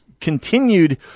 continued